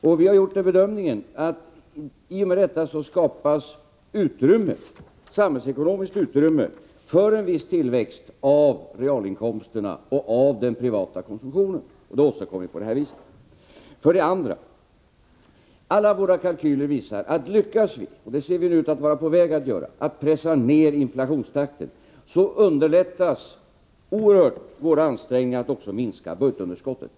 Regeringen har gjort den bedömningen att det i och med detta skapas ett samhällsekonomiskt utrymme för en viss tillväxt av realinkomsterna och av den privata konsumtionen, och det åstadkommer vi på det här viset. Vidare visar alla våra kalkyler att om vi lyckas — och det ser vi ut att vara på väg att göra — att pressa ned inflationstakten, underlättas också oerhört våra ansträngningar att minska budgetunderskottet.